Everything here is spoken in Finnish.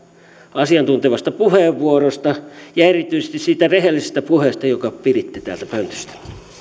asiantuntevasta puheenvuorosta ja erityisesti siitä rehellisestä puheesta jonka piditte täältä pöntöstä